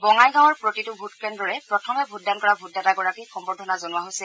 বঙাইগাঁৱৰ প্ৰতিটো ভোট কেন্দ্ৰৰে প্ৰথম ভোটদান কৰা ভোটদাতাগৰাকীক সম্বৰ্ধনা জনোৱা হৈছে